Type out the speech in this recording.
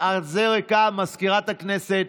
מזכירת הכנסת,